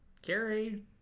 Carrie